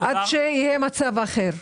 עד שיהיה מצב אחר.